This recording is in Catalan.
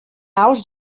aus